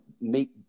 meet